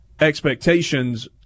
expectations